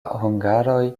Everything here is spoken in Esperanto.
hungaroj